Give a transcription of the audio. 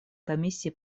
комиссии